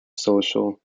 social